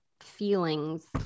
feelings